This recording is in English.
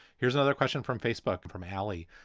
here's another question from facebook from halli.